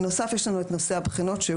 בנוסף יש לנו את נושא הבחינות שהוא